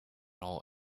all